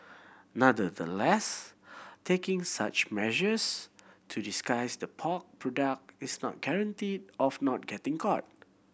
nonetheless taking such measures to disguise the pork product is no guarantee of not getting caught